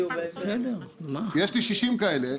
יש לי 60 כאלה,